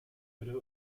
würde